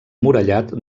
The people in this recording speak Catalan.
murallat